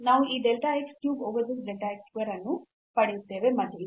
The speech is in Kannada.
ನಾವು ಈ delta x cube over this delta x square ಅನ್ನು ಪಡೆಯುತ್ತೇವೆ ಮತ್ತು ಇದು f 0 0